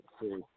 see